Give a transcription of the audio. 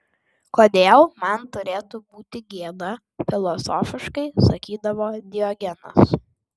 kodėl man turėtų būti gėda filosofiškai sakydavo diogenas